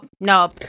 no